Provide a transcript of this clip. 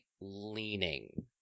leaning